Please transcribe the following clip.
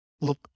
look